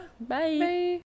Bye